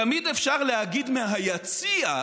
תמיד אפשר להגיד מה'יציע'